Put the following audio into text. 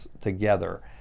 together